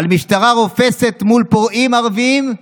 על משטרה רופסת מול פורעים ערבים,